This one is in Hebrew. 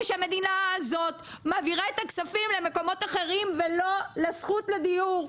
ושהמדינה הזאת מעבירה את הכספים למקומות אחרים ולא לזכות לדיור.